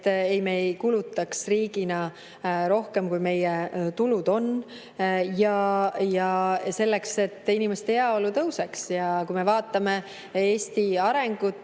et me ei kulutaks riigina rohkem, kui meie tulud on, ja selleks, et inimeste heaolu tõuseks. Vaatame Eesti arengut